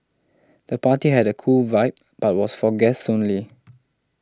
the party had a cool vibe but was for guests only